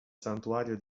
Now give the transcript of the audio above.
santuario